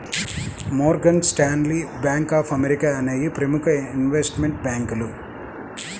Morgan Stanley, bank of America అనేయ్యి ప్రముఖ investment బ్యేంకులు